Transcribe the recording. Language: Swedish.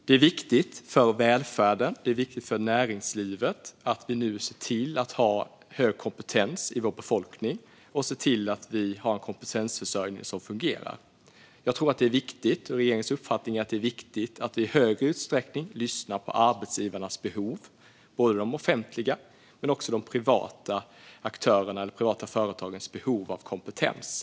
Det är viktigt för välfärden, och det är viktigt för näringslivet, att vi nu ser till att ha hög kompetens i vår befolkning och en kompetensförsörjning som fungerar. Min och regeringens uppfattning är att det är viktigt att i hög utsträckning lyssna på både de offentliga och de privata arbetsgivarnas behov av kompetens.